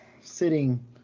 sitting